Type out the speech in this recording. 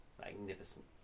magnificent